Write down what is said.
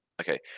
Okay